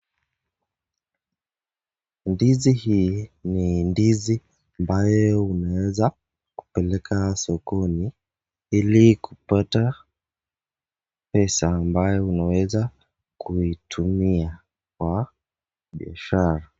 Ndizi hii, ni ndizi ambayo, unaeza kupeleka sokoni, ili kupata, pesa ambayo unaweza kuitumia kwa biashara.